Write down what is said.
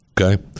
okay